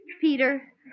Peter